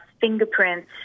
fingerprints